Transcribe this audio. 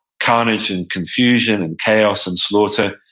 carnage and confusion and chaos and slaughter.